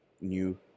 new